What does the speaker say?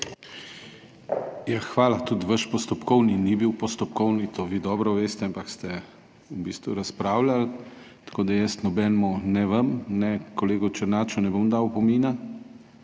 Hvala. Tudi vaš postopkovni predlog ni bil postopkovni, to vi dobro veste, ampak ste v bistvu razpravljali, tako da jaz nobenemu, ne vam, ne kolegu Černaču, ne bom dal opomina,